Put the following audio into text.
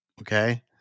okay